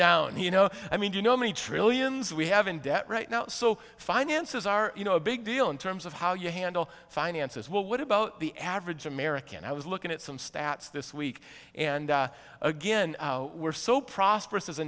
down you know i mean you know many trillions we have in debt right now so finances are you know a big deal in terms of how you handle finances well what about the average american i was looking at some stats this week and again we're so prosperous as a